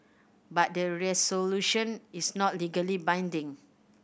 but the resolution is not legally binding